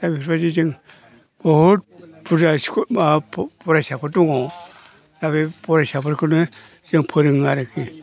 दा बेफोरबायदि जों बहुद बुरजा स्कुल माबा फरायसाफोर दङ दा बे फरायसाफोरखौनो जों फोरोङो आरोखि